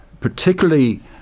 particularly